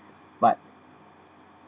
but